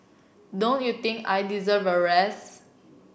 don't you think I deserve a rest